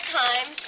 time